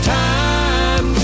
time